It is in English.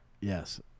yes